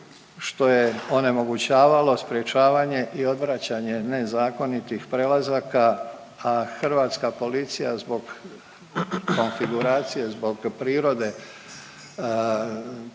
što je onemogućavalo sprječavanje i odvraćanje nezakonitih prelazaka, a hrvatska policija zbog konfiguracije, zbog prirode